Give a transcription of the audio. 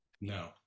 No